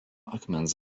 akmens